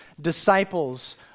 disciples